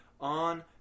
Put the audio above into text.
on